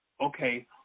okay